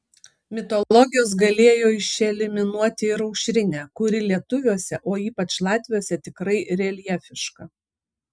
mitologijos galėjo išeliminuoti ir aušrinę kuri lietuviuose o ypač latviuose tikrai reljefiška